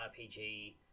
RPG